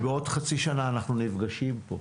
בעוד חצי שנה אנחנו נפגשים פה.